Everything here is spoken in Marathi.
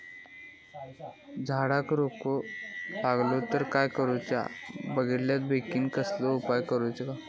झाडाक रोटो लागलो तर काय करुचा बेगितल्या बेगीन कसलो उपाय करूचो?